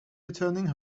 returning